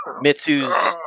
Mitsu's